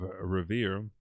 Revere